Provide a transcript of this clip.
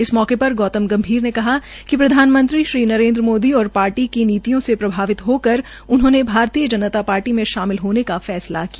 इस मौके र गौतम गंभीर ने कहा प्रधानमंत्री श्री नरेन्द्र मोदी और शार्टी की नीतियों से प्रभावित होकर उन्होंने भारतीय जनता शार्टी में शामिल होने का फैसला किया